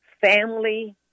family